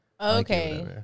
Okay